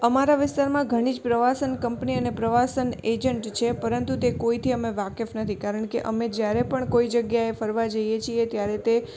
અમારા વિસ્તારમાં ઘણી જ પ્રવાસન કંપની અને પ્રવાસન એજન્ટ છે પરંતુ તે કોઇથી અમે વાકેફ નથી કારણ કે અમે જ્યારે પણ કોઇ જગ્યાએ ફરવા જઇએ છીએ ત્યારે તે